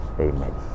Amen